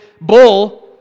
bull